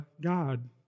God